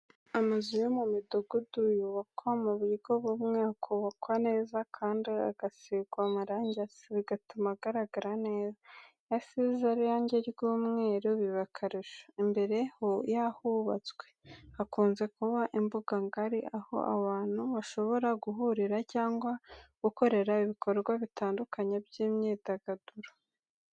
Amazu yo mu midugudu yubakwa mu buryo bumwe, akubakwa neza kandi agasigwa amarangi asa, bigatuma agaragara neza, iyo asize irange ry'umweru biba akarusho. Imbere y'ahubatswe, hakunze kuba imbuga ngari, aho abantu bashobora guhurira cyangwa gukorera ibikorwa bitandukanye by'imyidagaduro.